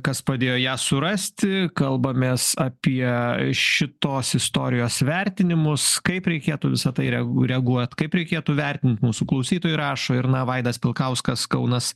kas padėjo ją surasti kalbamės apie šitos istorijos įvertinimus kaip reikėtų visa tai rea reaguot kaip reikėtų vertint mūsų klausytojai rašo ir na vaidas pilkauskas kaunas